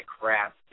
crap